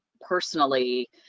personally